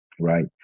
right